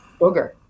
booger